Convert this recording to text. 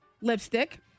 lipstick